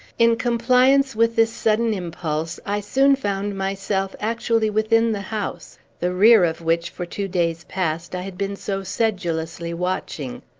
in compliance with this sudden impulse, i soon found myself actually within the house, the rear of which, for two days past, i had been so sedulously watching.